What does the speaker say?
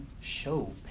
show